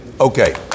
Okay